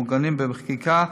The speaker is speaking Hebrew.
המעוגנים בחקיקה,